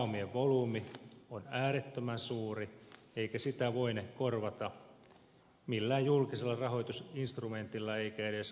näiden pääomien volyymi on äärettömän suuri eikä sitä voine korvata millään julkisella rahoitusinstrumentilla eikä edes keskuspankkien rahoituksella